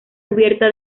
cubierta